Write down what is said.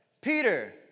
Peter